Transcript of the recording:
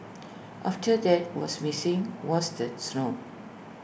after that was missing was the snow